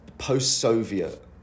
post-Soviet